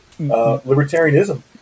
libertarianism